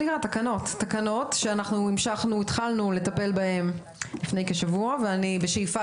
תקנות שאנחנו התחלנו לטפל בהן לפני כשבוע ואני בשאיפה